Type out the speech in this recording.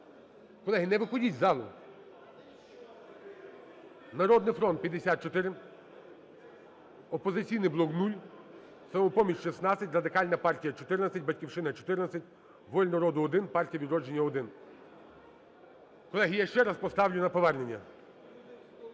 Колеги, не виходіть із залу. "Народний фронт" – 54, "Опозиційний блок" – 0, "Самопоміч" – 16, Радикальна партія – 14, "Батьківщина" – 14, "Воля народу" – 1, "Партія "Відродження" – 1. Колеги, я ще раз поставлю на повернення.